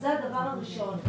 זה הדבר הראשון.